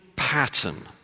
Pattern